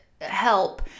help